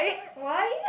why